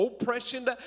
oppression